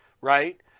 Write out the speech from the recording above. right